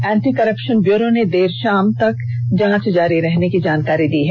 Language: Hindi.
एंटी करप्थन ब्यूरो ने देर शाम तक जांच जारी रहने की जानकारी दी है